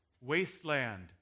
wasteland